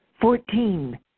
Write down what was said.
fourteen